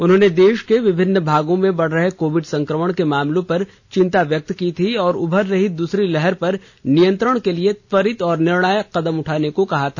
उन्होंने देश के विभिन्न भागों में बढ़ रहे कोविड संक्रमण के मामलों पर चिंता व्यक्त की थी और उभर रही दूसरी लहर पर नियंत्रण के लिए त्वरित और निर्णायक कदम उठाने को कहा था